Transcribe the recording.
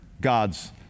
God's